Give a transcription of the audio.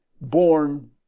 born